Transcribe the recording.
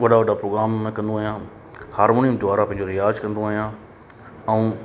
वॾा वॾा प्रोग्राम मां कंदो आहियां हारमोनियम द्वारा पंहिंजो रियाज़ कंदो आहियां